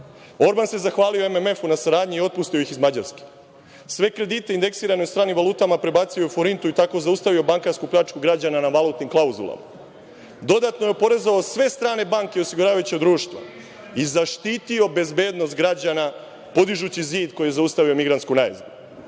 Orban se zahvalio MMF na saradnji i otpustio ih iz Mađarske. Sve kredite indeksirane u stranim valutama prebacio je u forintu i tako zaustavio bankarsku pljačku građana na valutnim klauzulama. Dodatno je oporezovao sve strane banke i osiguravajuća društva i zaštitio bezbednost građana, podižući zid koji je zaustavio migrantsku najezdu.